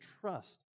trust